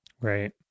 Right